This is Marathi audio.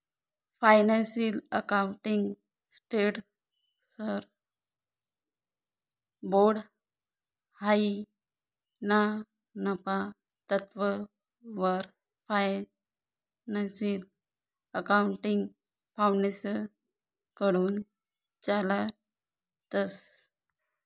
फायनान्शियल अकाउंटिंग स्टँडर्ड्स बोर्ड हायी ना नफा तत्ववर फायनान्शियल अकाउंटिंग फाउंडेशनकडथून चालाडतंस